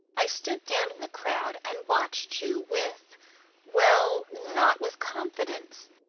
i stood down in the crowd and watched you with well, not with confidence.